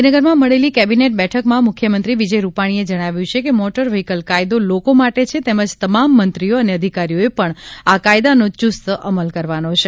ગાંધીનગરમાં મળેલી કેબિનેટ બેઠકમાં મુખ્યમંત્રી વિજય રૂપાણીએ જણાવ્યું છે કે મોટર વ્ફીકલ કાયદો લોકો માટે છે તેમજ તમામ મંત્રીઓ અને અધિકારીઓએ પણ આ કાયદાનો યુસ્ત અમલ કરવાનો છે